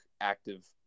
active